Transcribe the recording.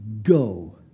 Go